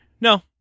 no